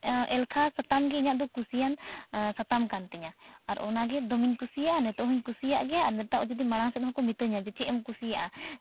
ᱮᱞᱠᱷᱟ ᱥᱟᱛᱟᱢ ᱜᱮ ᱤᱧᱟᱹᱜ ᱫᱚ ᱠᱩᱥᱤᱭᱟᱱ ᱥᱟᱛᱟᱢ ᱠᱟᱱ ᱛᱤᱧᱟᱹ ᱟᱨ ᱚᱱᱟᱜᱮ ᱫᱚᱢᱮᱧ ᱠᱩᱥᱤᱭᱟᱜᱼᱟ ᱱᱤᱛᱳᱜ ᱦᱚᱸᱧ ᱠᱩᱥᱤᱭᱟᱜ ᱜᱮᱭᱟ ᱟᱨ ᱱᱤᱛᱳᱜ ᱡᱩᱫᱤ ᱢᱟᱲᱟᱝ ᱥᱮᱫ ᱦᱚᱸᱠᱚ ᱢᱤᱛᱟᱹᱧᱟ ᱡᱮ ᱪᱮᱫ ᱮᱢ ᱠᱩᱥᱤᱭᱟᱜᱼᱟ